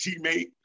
teammate